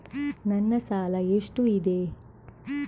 ನನ್ನ ಸಾಲ ಎಷ್ಟು ಇದೆ?